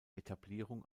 etablierung